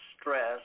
Stress